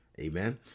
Amen